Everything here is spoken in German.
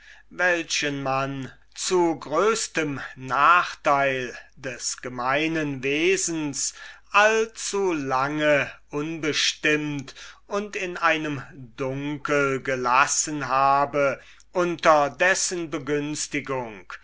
welchen man zu größtem nachteil des gemeinen wesens allzulange unbestimmt und in einem dunkel gelassen habe unter dessen begünstigung